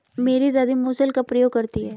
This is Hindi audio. मेरी दादी मूसल का प्रयोग करती हैं